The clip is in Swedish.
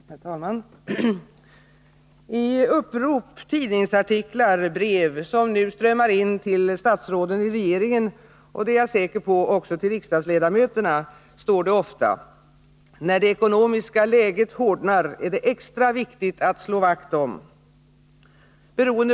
Herr talman! I upprop, tidningsartiklar, brev som nu strömmar in till statsråden i regeringen och, det är jag säker på, även till riksdagsledamöterna, står det ofta: ”När det ekonomiska läget hårdnar, är det extra viktigt att slå vakt om...”.